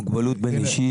נחום,